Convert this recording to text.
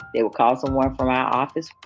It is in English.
they will call someone from our office.